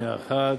שנייה אחת,